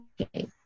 okay